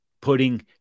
putting